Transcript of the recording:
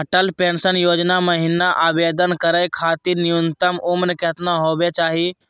Atal pension योजना महिना आवेदन करै खातिर न्युनतम उम्र केतना होवे चाही?